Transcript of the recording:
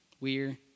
weird